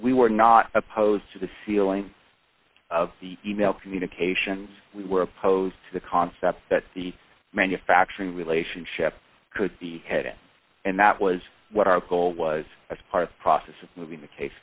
we were not opposed to the ceiling of the e mail communications we were opposed to the concept that the manufacturing relationship could be headed and that was what our goal was as part of process of moving the case